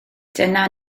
dyna